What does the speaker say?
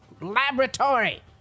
laboratory